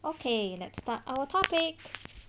okay let's start our topic